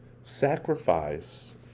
Sacrifice